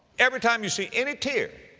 everytime you see any tear,